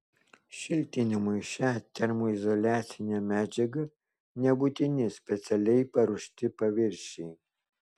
šiltinimui šia termoizoliacine medžiaga nebūtini specialiai paruošti paviršiai